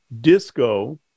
Disco